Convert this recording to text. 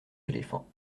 éléphants